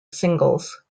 singles